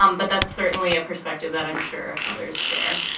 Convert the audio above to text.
um but that's certainly a perspective that i'm sure others share.